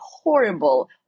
horrible